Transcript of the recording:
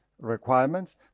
requirements